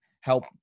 help